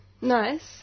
Nice